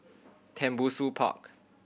Tembusu Park